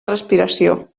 respiració